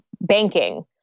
banking